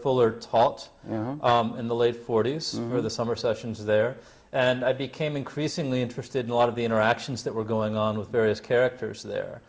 fuller taught in the late forty's or the summer sessions there and i became increasingly interested in a lot of the interactions that were going on with various characters the